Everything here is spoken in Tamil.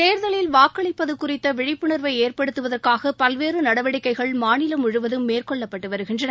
தேர்தலில் வாக்களிப்பது குறித்த விழிப்புணர்வை ஏற்படுத்துவதற்காக பல்வேறு நடவடிக்கைகள் மாநிலம் முழுவதும் மேற்கொள்ளப்பட்டு வருகின்றன